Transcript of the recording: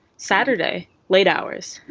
satterday. late hours.